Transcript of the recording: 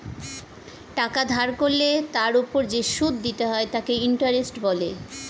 টাকা ধার করলে তার ওপর যে সুদ দিতে হয় তাকে ইন্টারেস্ট বলে